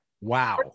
Wow